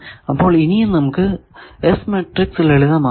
അപ്പോൾ ഇനിയും നമുക്ക് S മാട്രിക്സ് ലളിതമാക്കാം